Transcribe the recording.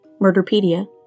Murderpedia